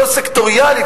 לא סקטוריאלית,